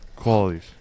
qualities